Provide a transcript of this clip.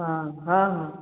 हाँ हाँ हाँ